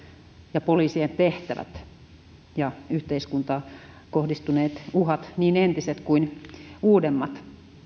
ja poliisien tehtävät yhteiskuntaan kohdistuneet uhat niin entiset kuin uudemmat